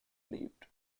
lived